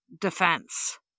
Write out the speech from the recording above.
defense